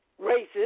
racist